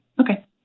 Okay